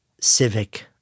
civic